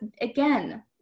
again